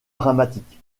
dramatique